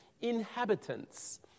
inhabitants